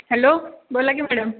hello बोला की madam